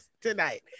Tonight